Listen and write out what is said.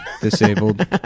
disabled